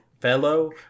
Fellow